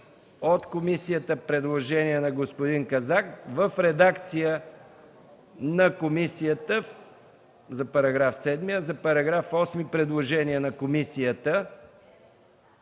от комисията предложения на господин Казак в редакция на комисията за § 7, а за § 8 – предложение на комисията